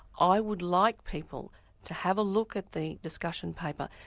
i would like people to have a look at the discussion paper,